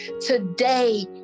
Today